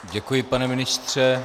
Děkuji, pane ministře.